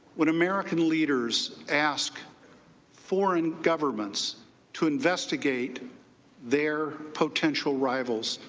with american leaders ask for and governments to investigate their potential rivals,